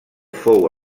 fou